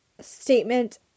statement